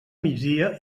migdia